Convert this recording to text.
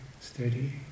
steady